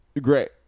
great